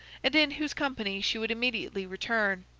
and in whose company she would immediately return.